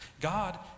god